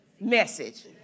message